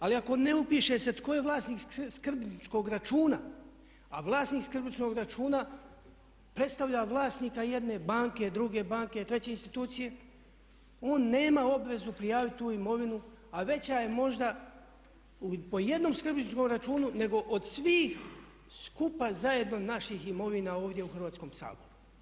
Ali ako ne upiše se tko je vlasnik skrbničkog računa a vlasnik skrbničkog računa predstavlja vlasnika jedne banke, druge banke, treće institucije on nema obvezu prijaviti tu imovinu, a veća je možda po jednom skrbničkom računu nego od svih skupa zajedno naših imovina ovdje u Hrvatskom saboru.